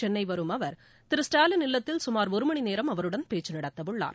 சென்னை வரும் அவர் திரு ஸ்டாலின் இல்லத்தில் சுமார் ஒரு மணிநேரம் அவருடன் பேச்சு நடத்த உள்ளார்